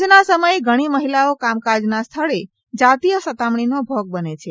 આજના સમયે ધણી મહિલાઓ કામકાજના સ્થળે જાતિય સતામણીનો ભોગ બને છે